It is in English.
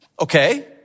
Okay